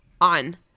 on